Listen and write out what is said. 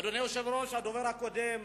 אדוני היושב-ראש, הדובר הקודם,